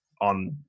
on